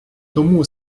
тому